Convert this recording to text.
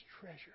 treasure